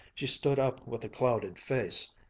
she stood up with a clouded face,